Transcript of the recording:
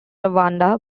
rwanda